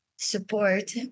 support